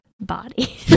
body